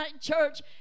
church